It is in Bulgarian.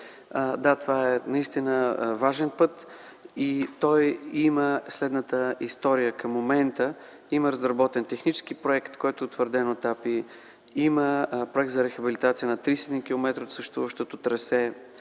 Да, това е важен път и той има следната история към момента: има разработен технически проект, който е утвърден от АПИ, има проект за рехабилитация на 31 км от съществуващото трасе